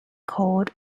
called